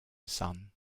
son